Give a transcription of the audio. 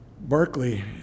Berkeley